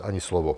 Ani slovo.